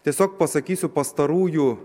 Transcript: tiesiog pasakysiu pastarųjų